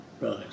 Right